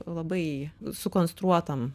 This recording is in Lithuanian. labai sukonstruotam